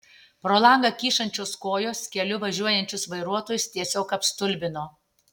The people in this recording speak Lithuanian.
pro langą kyšančios kojos keliu važiuojančius vairuotojus tiesiog apstulbino